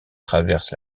traverse